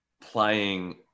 playing